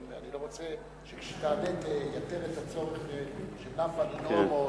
אני רוצה שכשתענה תייתר את הצורך של נפאע לנאום,